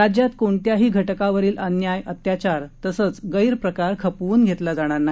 राज्यात कोणत्याही घटकावरील अन्याय अत्याचार तसंच गैरप्रकार खपवून घेतला जाणार नाही